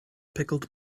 pickled